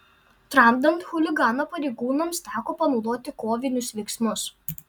tramdant chuliganą pareigūnams teko panaudoti kovinius veiksmus